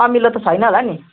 अमिलो त छैन होला नि